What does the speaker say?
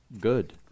good